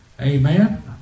Amen